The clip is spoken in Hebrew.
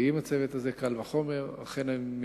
וקל וחומר עם הצוות הזה,